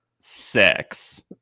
sex